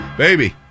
baby